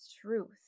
truth